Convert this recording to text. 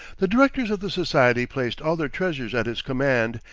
the directors of the society placed all their treasures at his command,